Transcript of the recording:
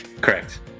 Correct